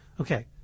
Okay